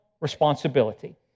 responsibility